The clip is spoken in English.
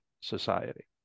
society